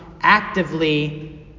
actively